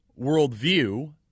worldview